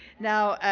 now